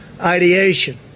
ideation